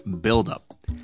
buildup